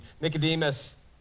Nicodemus